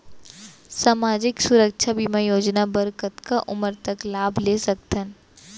सामाजिक सुरक्षा बीमा योजना बर कतका उमर तक लाभ ले सकथन?